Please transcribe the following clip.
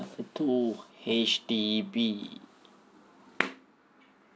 okay two H_D_B